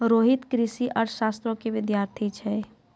रोहित कृषि अर्थशास्त्रो के विद्यार्थी छै